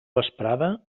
vesprada